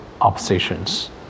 oppositions